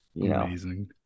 amazing